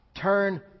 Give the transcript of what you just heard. Turn